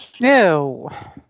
No